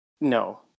no